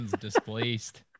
displaced